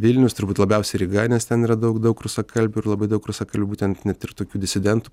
vilnius turbūt labiausiai ryga nes ten yra daug daug rusakalbių ir labai daug rusakalbių būtent net ir tokių disidentų